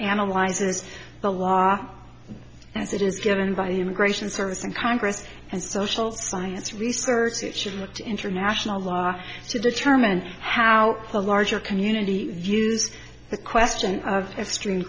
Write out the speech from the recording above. analyzes the law as it is get invited immigration service in congress and social science research it should look to international law to determine how the larger community views the question of extreme